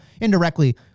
indirectly